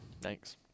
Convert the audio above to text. Thanks